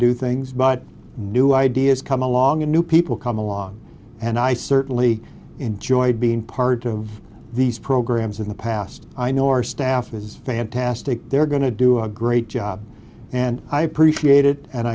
do things but new ideas come along and new people come along and i certainly enjoyed being part of these programs in the past i know our staff is fantastic they're going to do a great job and i appreciate it and